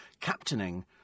captaining